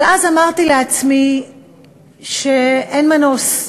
אבל אז אמרתי לעצמי שאין מנוס,